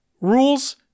Rules